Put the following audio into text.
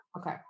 Okay